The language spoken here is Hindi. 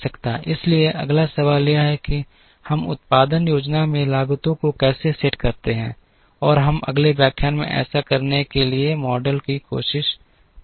इसलिए अगला सवाल यह है कि हम उत्पादन योजना में लागतों को कैसे सेट करते हैं और हम अगले व्याख्यान में ऐसा करने के लिए मॉडल की कोशिश करेंगे